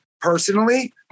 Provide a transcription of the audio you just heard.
personally